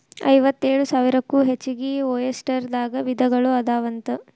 ಐವತ್ತೇಳು ಸಾವಿರಕ್ಕೂ ಹೆಚಗಿ ಒಯಸ್ಟರ್ ದಾಗ ವಿಧಗಳು ಅದಾವಂತ